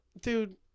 Dude